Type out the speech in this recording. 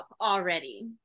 already